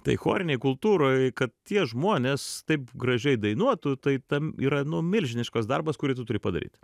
tai chorinėj kultūroj kad tie žmonės taip gražiai dainuotų tai tam yra nu milžiniškas darbas kurį tu turi padaryt